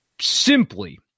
simply